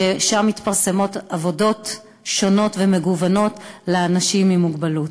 ושם מתפרסמות עבודות שונות ומגוונות לאנשים עם מוגבלות.